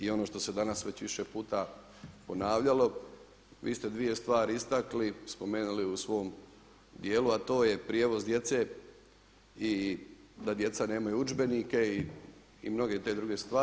i ono što se danas već više puta ponavljalo, vi ste dvije stvari istakli, spomenuli u svom dijelu a to je prijevoz djece i da djeca nemaju udžbenike i mnoge te druge stvari.